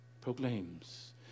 proclaims